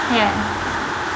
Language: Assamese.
সেয়াই